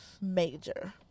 Major